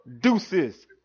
Deuces